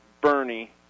bernie